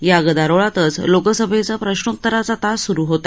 या गदारोळातच लोकसभेत प्रश्नोतराचा तास सुरु होता